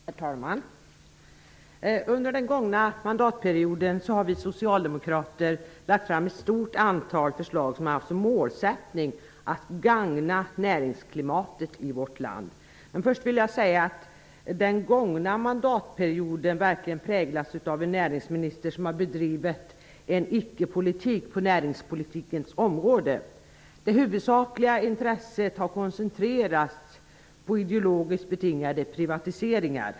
Herr talman! Under den gångna mandatperioden har vi socialdemokrater lagt fram ett stort antal förslag där vi haft som målsättning att gagna näringsklimatet i vårt land. Den föregående mandatperioden har präglats av en näringsminister som har bedrivit en icke-politik på näringspolitikens område. Det huvudsakliga intresset har koncentrerats på ideologiskt betingade privatiseringar.